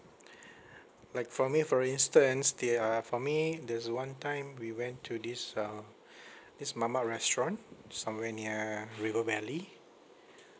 like for me for instance the uh for me there's one time we went to this uh this mamak restaurant somewhere near river valley